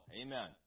amen